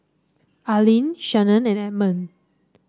Arlyn Shannan and Edmund